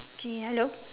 K hello